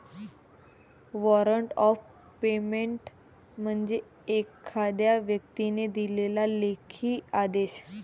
warrant of payment म्हणजे एखाद्या व्यक्तीने दिलेला लेखी आदेश